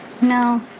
No